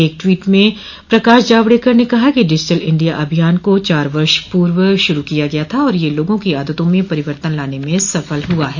एक ट्वीट में प्रकाश जावड़ेकर ने कहा कि डिजिटल इंडिया अभियान को चार वर्ष पूर्व शुरू किया गया था और यह लोगों की आदतों में परिवर्तन लाने में सफल हुआ है